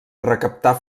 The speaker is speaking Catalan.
recaptar